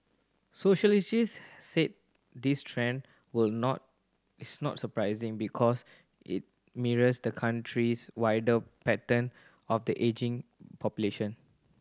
sociologists said this trend will not is not surprising because it mirrors the country's wider pattern of the ageing population